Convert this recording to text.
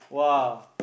!wah!